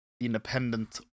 independent